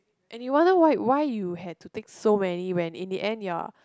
and you wonder why why you had to take so many when in the end you're